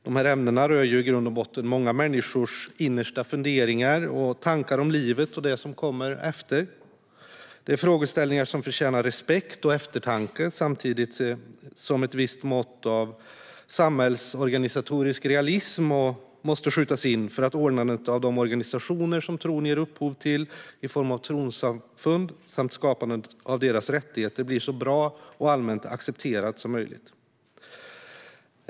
De här ämnena rör i grund och botten många människors innersta funderingar, tankar om livet och det som kommer efter. Det är frågeställningar som förtjänar respekt och eftertanke, samtidigt som ett visst mått av samhällsorganisatorisk realism måste skjutas in för att ordnandet av de organisationer som tron ger upphov till i form av trossamfund samt skapandet av deras rättigheter blir så bra och allmänt accepterat som möjligt.